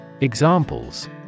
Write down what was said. Examples